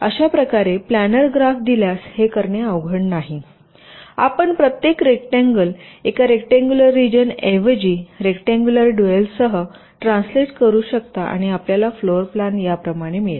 अशा प्रकारे planar graph दिल्यास हे करणे अवघड नाही आपण प्रत्येक रेक्टांगल एका रेक्टांगुलर रिजन ऐवजी रेक्टांगुलर डूआलसह ट्रान्सलेट करू शकता आणि आपल्याला फ्लोर प्लान याप्रमाणे मिळेल